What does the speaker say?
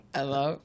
Hello